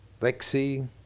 lexi